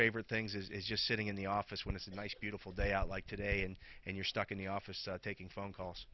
favorite things is just sitting in the office when it's a nice beautiful day out like today and and you're stuck in the office taking phone calls